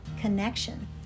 connection